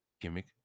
Gimmick